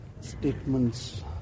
statements